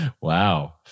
Wow